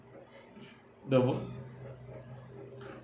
the work